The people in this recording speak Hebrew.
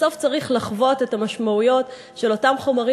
בסוף צריך לחוות את המשמעויות של אותם חומרים